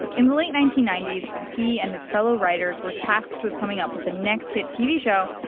in the late nineteen ninety s, when he and his fellow writers were tasked with coming up with the next hit tv show,